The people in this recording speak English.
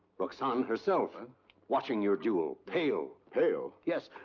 roxane herself, and watching your duel, pale! pale? yes,